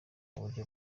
buryo